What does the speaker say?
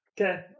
Okay